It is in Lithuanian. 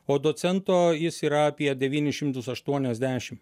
o docento jis yra apie devynis šimtus aštuoniasdešim